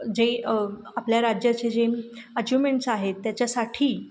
जे आपल्या राज्याचे जे अचिव्हमेंट्स आहेत त्याच्यासाठी